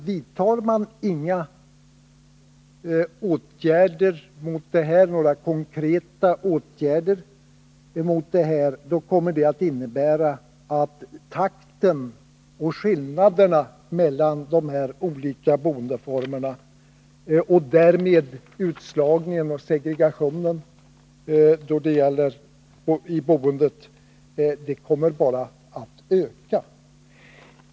Vidtar man inga konkreta motåtgärder innebär det att skillnaderna mellan de här boendeformerna och därmed utslagningen och segregationen i boendet bara kommer att öka.